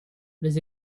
les